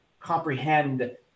comprehend